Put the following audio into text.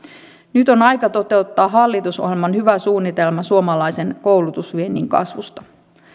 nyt on aika toteuttaa hallitusohjelman hyvä suunnitelma suomalaisen koulutusviennin kasvusta